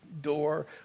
door